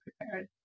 prepared